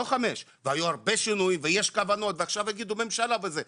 לא חמש והיו הרבה שינויים ויש כוונות ועכשיו יגידו ממשלה וזה,